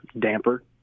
damper